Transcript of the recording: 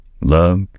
love